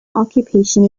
occupation